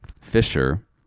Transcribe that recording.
Fisher